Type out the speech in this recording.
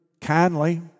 kindly